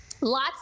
Lots